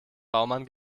baumann